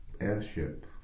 airship